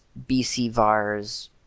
bcvars